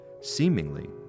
Seemingly